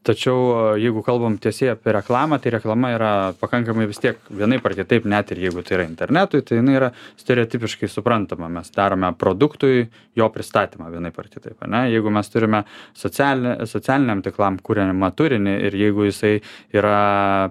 tačiau jeigu kalbam tiesiai apie reklamą tai reklama yra pakankamai vis tiek vienaip ar kitaip net ir jeigu tai yra internetui tai jinai yra stereotipiškai suprantama mes darome produktui jo pristatymą vienaip ar kitaip ane jeigu mes turime socialinę socialiniam tinklam kuriamą turinį ir jeigu jisai yra